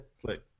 click